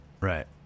Right